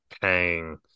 paying